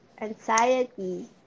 anxiety